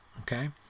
Okay